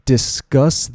Discuss